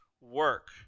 work